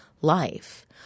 life